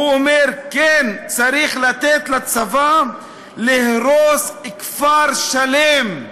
הוא אומר: כן, צריך לתת לצבא להרוס כפר שלם.